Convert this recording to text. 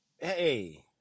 Hey